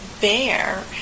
bear